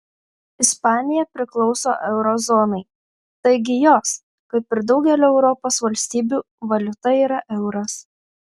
ispanija priklauso euro zonai taigi jos kaip ir daugelio europos valstybių valiuta yra euras